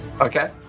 Okay